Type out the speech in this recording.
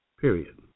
Period